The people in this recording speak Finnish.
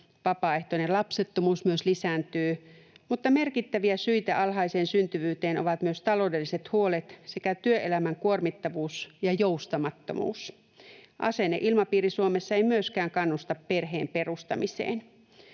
vapaaehtoinen lapsettomuus myös lisääntyy, mutta merkittäviä syitä alhaiseen syntyvyyteen ovat myös taloudelliset huolet sekä työelämän kuormittavuus ja joustamattomuus. Asenneilmapiiri Suomessa ei myöskään kannusta perheen perustamiseen.